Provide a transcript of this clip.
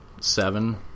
Seven